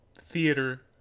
theater